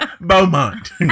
Beaumont